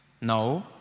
No